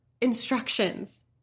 instructions